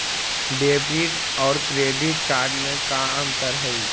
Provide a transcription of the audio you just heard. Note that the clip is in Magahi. डेबिट और क्रेडिट कार्ड में का अंतर हइ?